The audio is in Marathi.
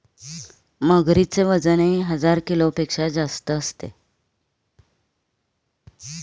मगरीचे वजनही हजार किलोपेक्षा जास्त असते